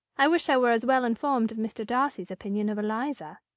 i wish i were as well informed of mr. darcy's opinion of eliza.